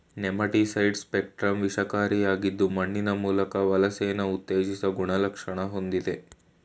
nematicide spectrum ವಿಷಕಾರಿಯಾಗಿದ್ದು ಮಣ್ಣಿನ ಮೂಲ್ಕ ವಲಸೆನ ಉತ್ತೇಜಿಸೊ ಗುಣಲಕ್ಷಣ ಹೊಂದಯ್ತೆ